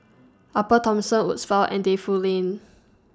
Upper Thomson Woodsville and Defu Lane